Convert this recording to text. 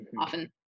often